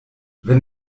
wenn